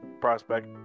prospect